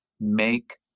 make